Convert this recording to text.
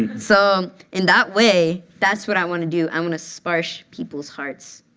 so in that way, that's what i want to do. i want to sparsh people's hearts.